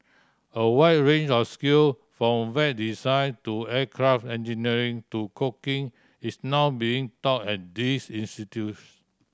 a wide range of skill from Web design to aircraft engineering to cooking is now being taught at these institution